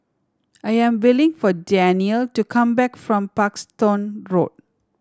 I am willing for Danniel to come back from Parkstone Road